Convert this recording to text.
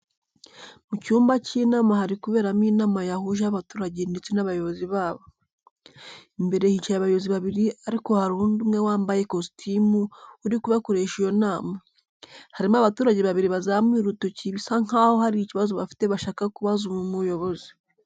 Mu cyumba cy'inama hari kuberamo inama yahuje abaturage ndetse n'abayobozi babo. Imbere hicaye aboyobozi babiri ariko hari undi umwe wambaye kositimu uri kubakoresha iyo nama. Harimo abaturage babiri bazamuye urutoki bisa nkaho hari ikibazo bafite bashaka kubaza uyu muyobozi.